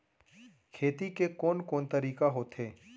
खेती के कोन कोन तरीका होथे?